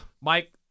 Mike